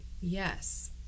yes